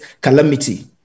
calamity